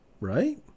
right